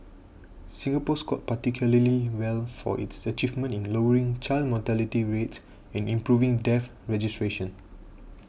Singapore scored particularly well for its achievements in lowering child mortality rates and improving death registration